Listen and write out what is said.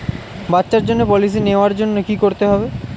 বাচ্চার জন্য পলিসি নেওয়ার জন্য কি করতে হবে?